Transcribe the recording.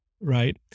right